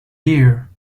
year